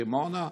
בדימונה,